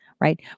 right